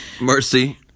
Mercy